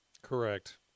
correct